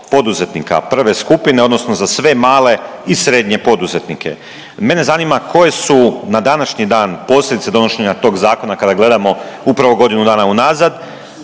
poduzetnika prve skupine, odnosno za sve male i srednje poduzetnike. Mene zanima koje su na današnji dan posljedice donošenja tog zakona kada gledamo upravo godinu unazad